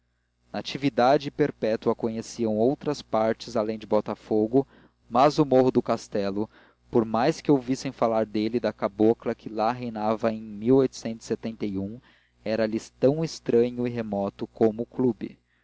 e perpétua conheciam outras partes além de botafogo mas o morro do castelo por mais que ouvissem falar dele e da cabocla que lá reinava em era lhes tão estranho e remoto como o clube